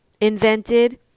Invented